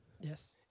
Yes